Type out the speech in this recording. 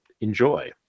Enjoy